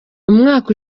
umwaka